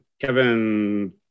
Kevin